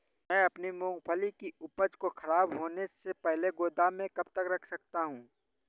मैं अपनी मूँगफली की उपज को ख़राब होने से पहले गोदाम में कब तक रख सकता हूँ?